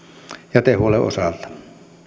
jätehuollon osalta